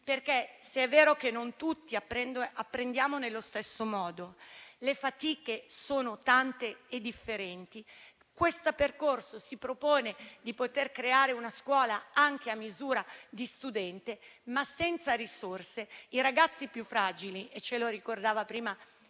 vero infatti che non tutti apprendiamo allo stesso modo, le fatiche sono tante e differenti. Questo percorso si propone di creare una scuola a misura di studente, ma, senza risorse, i ragazzi più fragili, come ricordava prima